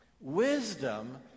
Wisdom